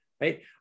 right